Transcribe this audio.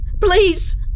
Please